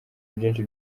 byinshi